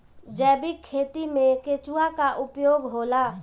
जैविक खेती मे केचुआ का उपयोग होला?